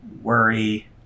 worry